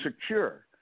secure